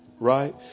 Right